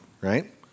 right